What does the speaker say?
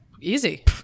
Easy